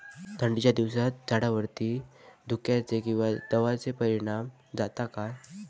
थंडीच्या दिवसानी झाडावरती धुक्याचे किंवा दवाचो परिणाम जाता काय?